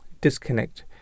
disconnect